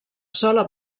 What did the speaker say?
sola